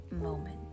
moment